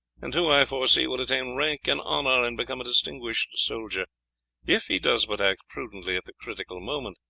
and who, i foresee, will attain rank and honour and become a distinguished soldier if he does but act prudently at the critical moment,